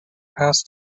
pass